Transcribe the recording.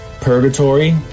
Purgatory